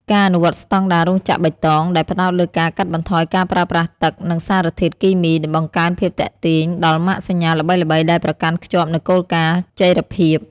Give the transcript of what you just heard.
ការអនុវត្តស្ដង់ដារ "រោងចក្របៃតង" ដែលផ្ដោតលើការកាត់បន្ថយការប្រើប្រាស់ទឹក និងសារធាតុគីមី បង្កើនភាពទាក់ទាញដល់ម៉ាកសញ្ញាល្បីៗដែលប្រកាន់ខ្ជាប់នូវគោលការណ៍ចីរភាព។